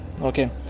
Okay